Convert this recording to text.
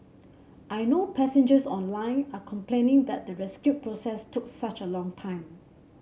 I know passengers online are complaining that the rescue process took such a long time